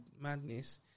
madness